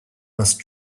must